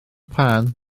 pan